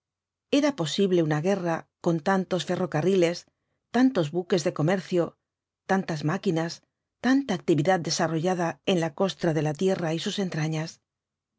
era posible una guerra con tantos ferrocarriles tantos buques de comercio tantas máquinas tanta actividad desarrollada en la costra de la tierra y sus entrañas